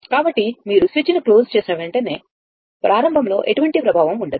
కాబట్టి మీరు స్విచ్ను మూసిన వెంటనేప్రారంభంలో ఎటువంటి ప్రభావం ఉండదు